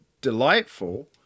delightful